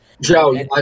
Joe